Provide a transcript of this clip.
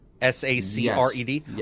S-A-C-R-E-D